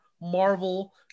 Marvel